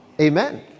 Amen